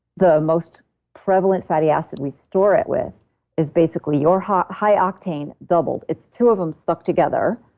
the most prevalent fatty acid we store it with is basically your high high octane doubled. it's two of them stuck together,